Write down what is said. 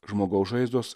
žmogaus žaizdos